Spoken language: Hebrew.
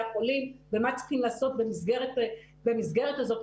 החולים ומה צריכים לעשות במסגרת הזאת,